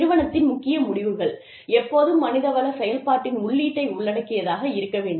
நிறுவனத்தின் முக்கிய முடிவுகள் எப்போதும் மனிதவள செயல்பாட்டின் உள்ளீட்டை உள்ளடக்கியதாக இருக்க வேண்டும்